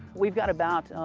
we've got about